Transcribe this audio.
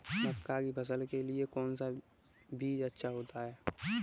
मक्का की फसल के लिए कौन सा बीज अच्छा होता है?